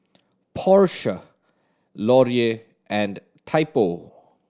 Porsche Laurier and Typo